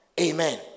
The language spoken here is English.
Amen